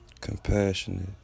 compassionate